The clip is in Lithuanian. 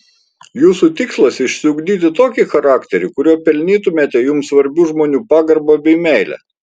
jūsų tikslas išsiugdyti tokį charakterį kuriuo pelnytumėte jums svarbių žmonių pagarbą bei meilę